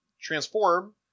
transform